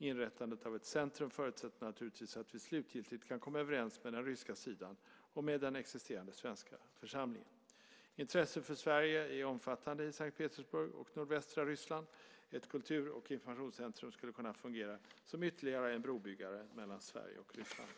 Inrättandet av ett centrum förutsätter naturligtvis att vi slutgiltigt kan komma överens med den ryska sidan och med den existerande svenska församlingen. Intresset för Sverige är omfattande i S:t Petersburg och nordvästra Ryssland. Ett kultur och informationscentrum skulle kunna fungera som ytterligare en brobyggare mellan Sverige och Ryssland.